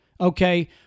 okay